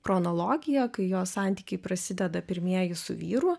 chronologiją kai jos santykiai prasideda pirmieji su vyru